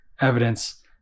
evidence